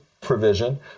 provision